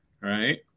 right